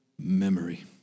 memory